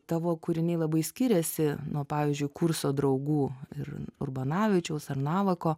tavo kūriniai labai skiriasi nuo pavyzdžiui kurso draugų ir urbonavičiaus ar navako